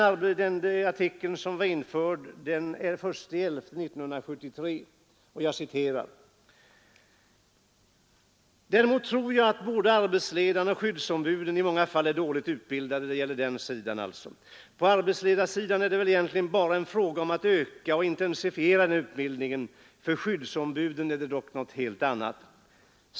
I artikeln, som var införd den I november 1973, sägs bl.a.: ”Däremot tror jag att både arbetsledarna och skyddsombuden i många fall är för dåligt utbildade. På arbetsledarsidan är det väl egentligen bara en fråga om att öka och intensifiera den utbildningen. För skyddsombuden är det dock inte så enkelt.